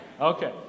okay